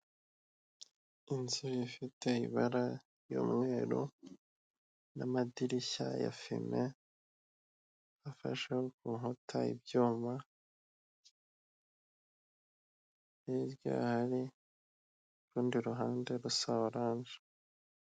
Inzu ifite ibara ry'umweru, n'amadirishya ya fime, afasheho ku nkuta, ibyuma, hirya hari urundi ruhande rusa oranje.